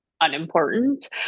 unimportant